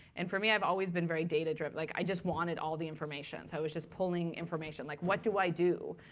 and for me, i've always been very data driven. like i just wanted all the information. so i was just pulling information. like, what do i do?